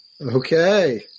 Okay